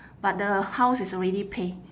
but the house is already pay